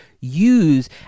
use